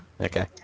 Okay